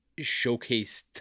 showcased